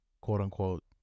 quote-unquote